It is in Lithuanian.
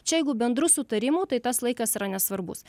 čia jeigu bendru sutarimu tai tas laikas yra nesvarbus